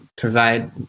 provide